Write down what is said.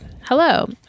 Hello